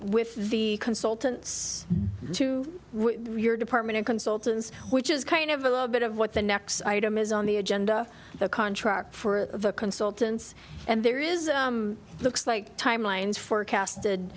with the consultants to your department of consultants which is kind of a little bit of what the next item is on the agenda the contract for the consultants and there is the like timelines forecasted